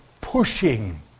pushing